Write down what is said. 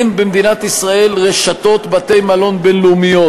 אין במדינת ישראל רשתות בתי-מלון בין-לאומיות,